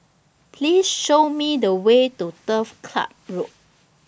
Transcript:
Please Show Me The Way to Turf Club Road